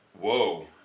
Whoa